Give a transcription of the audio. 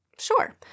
Sure